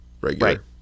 regular